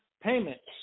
payments